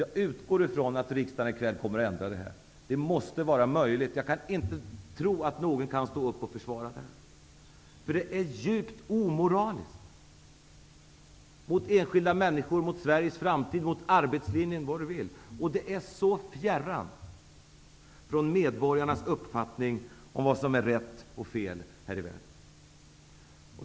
Jag utgår från att riksdagen i kväll kommer att ändra på detta. Det måste vara möjligt att göra det. Jag kan inte tänka mig att någon kan försvara det här. Nämnda förhållande är således djupt omoraliskt med tanke på enskilda människor, Sveriges framtid, arbetslinjen osv., och det är verkligen fjärran från medborgarnas uppfattning om vad som är rätt och fel här i världen.